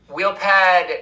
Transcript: Wheelpad